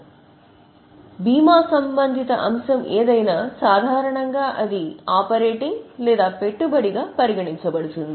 కాబట్టి భీమా సంబంధిత అంశం ఏమైనా సాధారణంగా అది ఆపరేటింగ్ లేదా పెట్టుబడి గా పరిగణించబడుతుంది